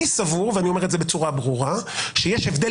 אני אומר בצורה ברורה: אני סבור שיש הבדל